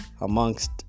amongst